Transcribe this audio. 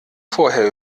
vorher